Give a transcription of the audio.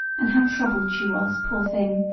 and how troubled she was, poor thing!